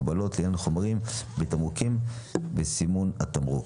הגבלות לעניין חומרים ותמרוקים וסימון התמרוק.